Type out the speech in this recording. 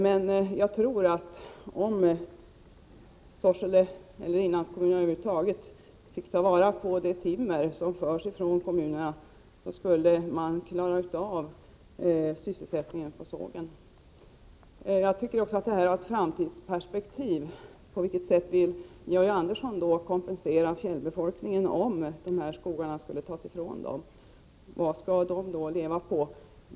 Men jag tror att om Sorsele eller inlandskommunerna över huvud taget fick ta vara på det timmer som nu förs bort från kommunerna, skulle man klara sysselsättningen på sågverken. Jag tycker också att man här måste anlägga ett framtidsperspektiv. På vilket sätt vill Georg Andersson kompensera befolkningen, om skogarna i fråga skulle tas ifrån dem? Vad skall den då leva på?